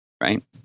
right